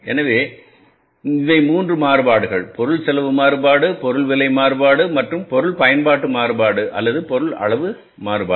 எனவே இவை 3 மாறுபாடுகள் பொருள் செலவு மாறுபாடு பொருள் விலை மாறுபாடு மற்றும் பொருள் பயன்பாட்டு மாறுபாடு அல்லது பொருள் அளவு மாறுபாடு